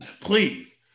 Please